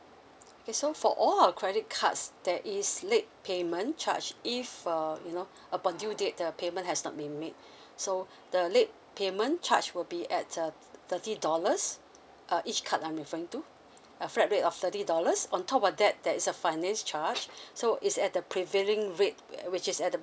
okay so for all our credit cards there is late payment charge if uh you know upon due date the payment has not been made so the late payment charge will be at uh thirty dollars uh each card I'm referring to a flat rate of thirty dollars on top of that there is a finance charge so is at the prevailing rate which is at the